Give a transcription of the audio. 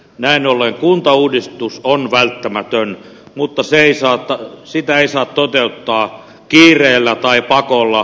näin ollen kuntauudistus on välttämätön mutta sitä ei saa toteuttaa kiireellä tai pakolla